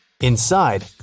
Inside